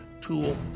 tool